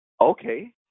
okay